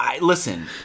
Listen